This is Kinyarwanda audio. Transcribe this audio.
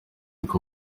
uko